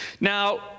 Now